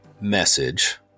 message